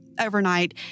Overnight